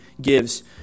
gives